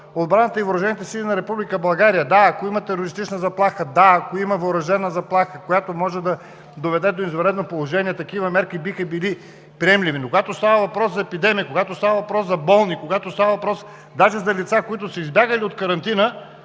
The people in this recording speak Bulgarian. отбраната и въоръжените сили на Република България. Да, ако има терористична заплаха, да, ако има въоръжена заплаха, която може да доведе до извънредно положение – такива мерки биха били приемливи. Но когато става въпрос за епидемия, когато става въпрос за болни, когато става въпрос даже за лица, които са избягали от карантина,